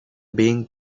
being